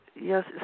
yes